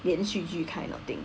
连续剧 kind of thing